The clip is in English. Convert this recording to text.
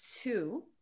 two